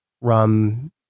rum